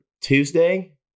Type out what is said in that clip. Tuesday